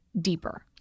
deeper